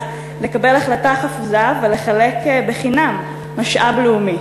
לקבל החלטה חפוזה ולחלק בחינם משאב לאומי?